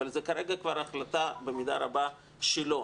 אבל כרגע זו כבר החלטה במידה רבה שלו,